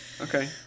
Okay